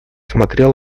смотрел